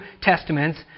Testaments